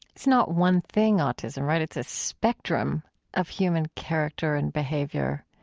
it's not one thing, autism, right? it's a spectrum of human character and behavior.